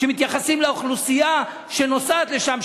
שמתייחסים לאוכלוסייה שנוסעת לשם,